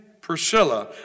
Priscilla